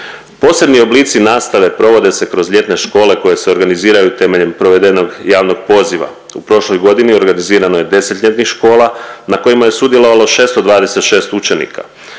Posebni oblici nastave provode se kroz ljetne škole koje se organiziraju temeljem provedenog javnog poziva. U prošloj godini organizirano je deset ljetnih škola na kojima je sudjelovalo 626 učenika.